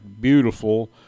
beautiful